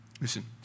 listen